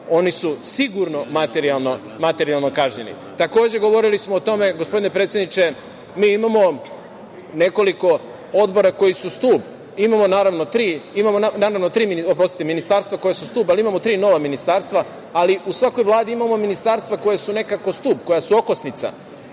oni su sigurno materijalno kažnjeni. Takođe, govorili smo o tome, gospodine predsedniče, mi imamo nekoliko odbora koji su stub, imamo, naravno, tri ministarstva koji su stub, ali imamo tri nova ministarstva, ali u svakoj vladi imamo ministarstva koja su nekako stub, koja su okosnica.